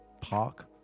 Park